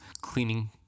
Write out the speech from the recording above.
cleaning